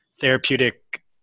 therapeutic